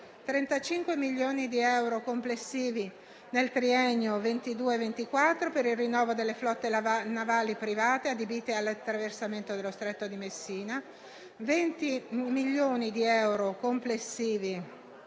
15 milioni di euro per l'anno 2024, per il rinnovo delle flotte navali private adibite all'attraversamento dello stretto di Messina;